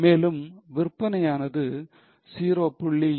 மேலும் விற்பனையானது 0